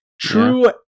True